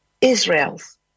Israel's